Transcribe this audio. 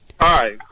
Hi